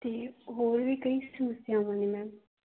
ਅਤੇ ਹੋਰ ਵੀ ਕਈ ਸਮੱਸਿਆਵਾਂ ਨੇ ਮੈਮ